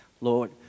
Lord